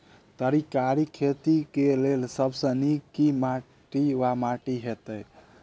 तरकारीक खेती केँ लेल सब सऽ नीक केँ माटि वा माटि हेतै?